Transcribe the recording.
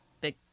big